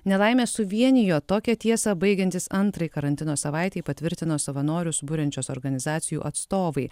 nelaimė suvienijo tokią tiesą baigiantis antrai karantino savaitei patvirtino savanorių suburiančios organizacijų atstovai